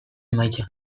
emaitza